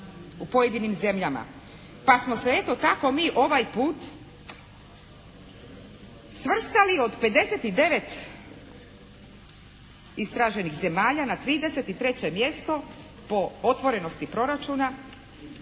u pojedinim zemljama. Pa smo se eto tako mi ovaj put svrstali od 59 istraženih zemalja na 33 mjesto po otvorenosti proračuna.